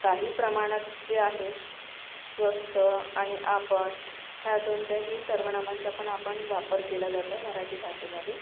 काही प्रमाणात जे आहे स्वस्त आणि आपण ह्या दोन काही सर्वनामांचा पण आपण वापर केला जातं मराठी भाषेमध्ये